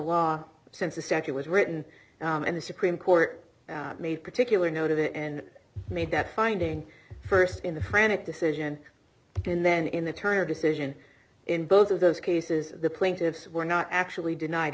law since the nd was written and the supreme court made particular note of it and made that finding st in the frantic decision and then in the turner decision in both of those cases the plaintiffs were not actually denied